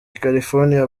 california